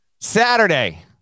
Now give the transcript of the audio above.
Saturday